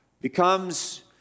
becomes